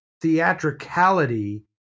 theatricality